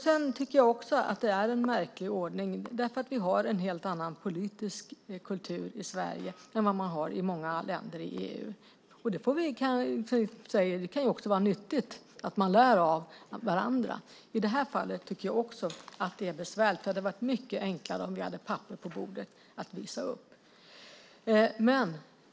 Sedan tycker jag också att det är en märklig ordning därför att vi har en helt annan politisk kultur i Sverige än vad man har i många andra länder i EU. Det kan också vara nyttigt att lära av varandra. I det här fallet tycker jag också att det är besvärligt. Det hade varit mycket enklare om vi hade haft papper på bordet att visa upp.